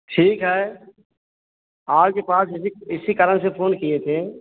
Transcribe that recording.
ठीक है आज के पाँच बजे इसी कारण से फोन किए थे